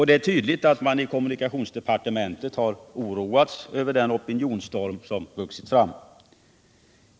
Det är tydligt att man i kommunikationsdepartementet har oroats över den opinionsstorm som vuxit fram.